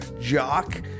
Jock